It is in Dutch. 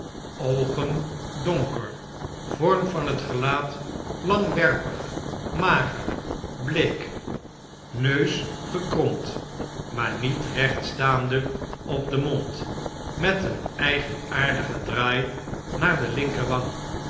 oogen donker vorm van het gelaat langwerpig mager bleek neus gekromd maar niet recht staande op den mond met een eigenaardigen draai naar de